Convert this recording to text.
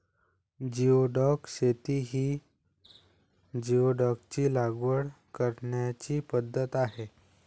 geoduck शेती ही जिओडॅकची लागवड करण्याची पद्धत आहे